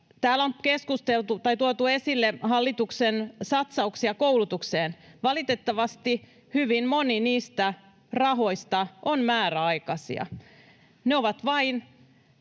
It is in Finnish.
Täällä on tuotu esille hallituksen satsauksia koulutukseen. Valitettavasti hyvin moni niistä rahoista on määräaikaisia. Ne ovat vain